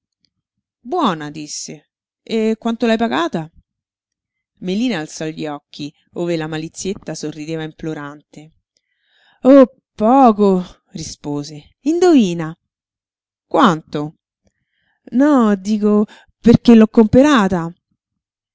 buona disse e quanto l hai pagata melina alzò gli occhi ove la malizietta sorrideva implorante oh poco rispose indovina quanto no dico perché l'ho comperata